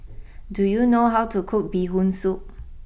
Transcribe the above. do you know how to cook Bee Hoon Soup